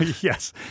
yes